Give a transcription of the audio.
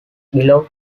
below